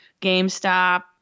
GameStop